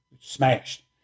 smashed